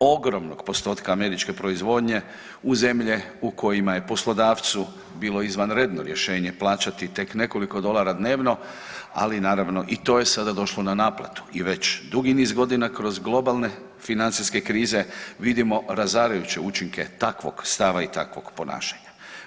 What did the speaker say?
ogromnog postotka američke proizvodnje u zemlje u kojima je poslodavcu bilo izvanredno rješenje plaćati tek nekoliko dolara dnevno, ali naravno i to je sada došlo na naplatu i već dugi niz godina kroz globalne financijske krize vidimo razarajuće učinke takvog stava i takvog ponašanja.